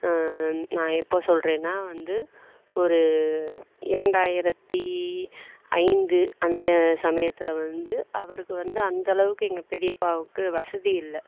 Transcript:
நான் எப்போ சொல்கிறேனா வந்து ஒரு இரண்டாயரத்து ஐந்து அந்த சமயத்தில் வந்து அவருக்கு வந்து அந்தளவுக்கு எங்கள் பெரியப்பாவுக்கு வசதி இல்லை